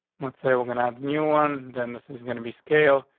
would say we're gonna have new one. then this is gonna be scale,